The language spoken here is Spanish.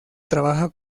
trabaja